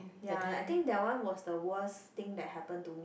ya I think that one was the worst thing that happen to me